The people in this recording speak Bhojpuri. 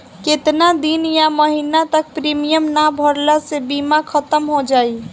केतना दिन या महीना तक प्रीमियम ना भरला से बीमा ख़तम हो जायी?